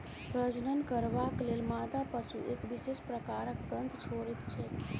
प्रजनन करबाक लेल मादा पशु एक विशेष प्रकारक गंध छोड़ैत छै